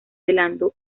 velando